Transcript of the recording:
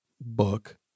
book